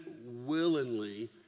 willingly